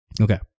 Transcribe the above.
Okay